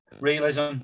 realism